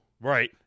Right